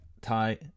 tie